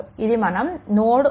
ఇది మనం నోడ్1